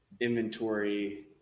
inventory